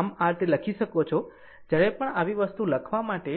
આમ આ લખી શકો છો જ્યારે પણ આવી વસ્તુ લખવા માટે